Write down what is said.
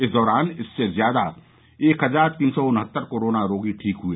इस दौरान इससे ज्यादा एक हजार तीन सौ उन्हत्तर कोरोना रोगी ठीक हुए